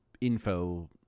info